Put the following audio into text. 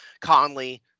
conley